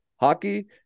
Hockey